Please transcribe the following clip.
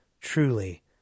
Truly